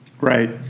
Right